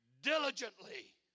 diligently